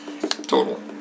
Total